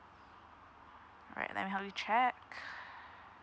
all right let me help you check